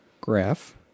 graph